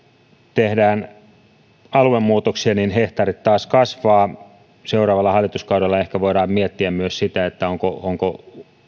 tehdään aluemuutoksia niin hehtaarit taas kasvavat seuraavalla hallituskaudella ehkä voidaan miettiä myös sitä onko onko